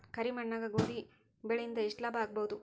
ಕರಿ ಮಣ್ಣಾಗ ಗೋಧಿ ಬೆಳಿ ಇಂದ ಎಷ್ಟ ಲಾಭ ಆಗಬಹುದ?